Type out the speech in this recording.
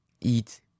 eat